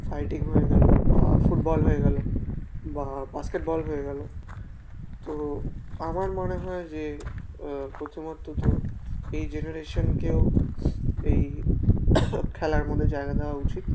fighting হয়ে গেল বা ফুটবল হয়ে গেল বা বাস্কেটবল হয়ে গেল তো আমার মনে হয় যে প্রথমত তো এই জেনারেশনকেও এই খেলার মধ্যে জায়গা দেওয়া উচিত